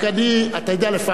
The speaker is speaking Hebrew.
אתה יודע?